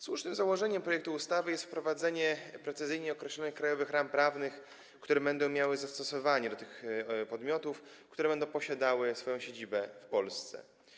Słusznym założeniem projektu ustawy jest wprowadzenie precyzyjnie określonych krajowych ram prawnych, które będą miały zastosowanie do tych podmiotów posiadających siedzibę w Polsce.